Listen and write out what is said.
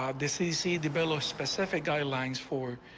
um this easy the below specific guidelines for.